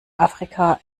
afrika